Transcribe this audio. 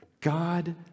God